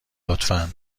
لطفا